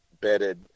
bedded